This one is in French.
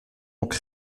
donc